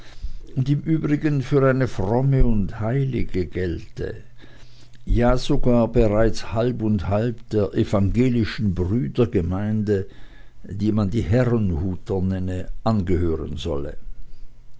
und im übrigen für eine fromme und heilige gelte ja sogar bereits halb und halb der evangelischen brüdergemeinde die man die herrnhuter nenne angehören solle